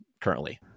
currently